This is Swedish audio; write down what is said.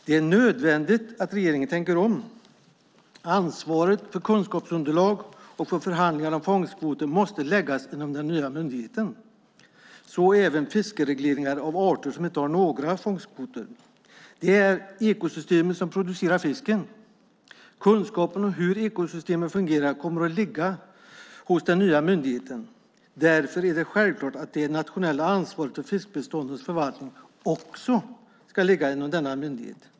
Det är nödvändigt att regeringen tänker om. Ansvaret för kunskapsunderlag och för förhandlingar om fångstkvoten måste läggas inom den nya myndigheten, så även fiskeregleringar av arter som inte har några fångstkvoter. Det är ekosystemet som producerar fisken. Kunskapen om hur ekosystemen fungerar kommer att ligga hos den nya myndigheten. Därför är det självklart att det nationella ansvaret för fiskbeståndens förvaltning också ska ligga inom denna myndighet.